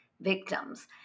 victims